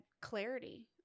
clarity